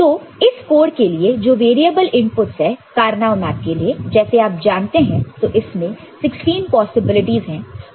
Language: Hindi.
तो इस कोड के लिए जो वेरिएबल इनपुट्स है कार्नो मैप के लिए जैसे आप जानते हैं तो इसमें 16 पॉसिबिलिटीज है